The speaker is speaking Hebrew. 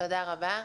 תודה רבה.